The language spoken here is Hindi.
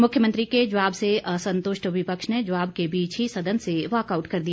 मुख्यमंत्री के जवाब से असंतुष्ट विपक्ष ने जवाब के बीच ही सदन से वाकआउट कर दिया